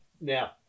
Now